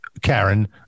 karen